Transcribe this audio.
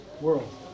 world